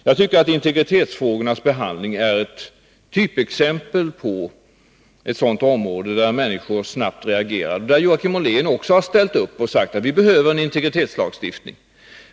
Jag tycker att integritetsfrågornas behandling är ett typexempel på ett sådant område där människor snabbt reagerar. Joakim Ollén har också ställt upp och sagt att vi behöver en integritetslagstiftning.